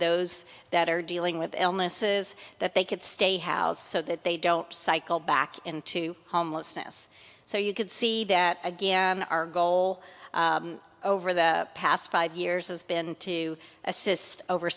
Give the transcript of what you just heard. those that are dealing with illnesses that they could stay house so that they don't cycle back into homelessness so you can see that again our goal over the past five years has been to assist over